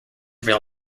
real